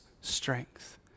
strength